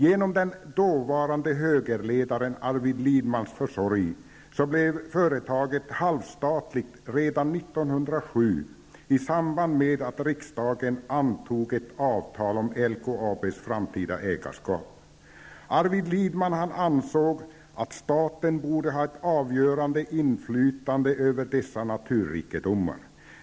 Med hjälp av den dåvarande högerledaren Arvid Lindmans försorg blev företaget halvstatligt redan 1907 i samband med att riksdagen antog ett avtal om LKABs framtida ägarskap. Arvid Lindman ansåg att staten borde ha ett avgörande inflytande över dessa naturrikedomar.